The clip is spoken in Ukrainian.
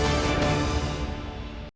Дякую,